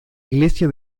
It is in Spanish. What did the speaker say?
iglesia